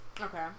okay